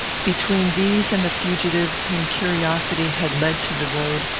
between these and the fugitives whom curiosity had led to the road,